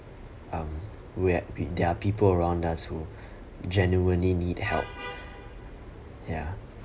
um where with their people around us who genuinely need help ya